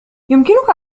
يمكنك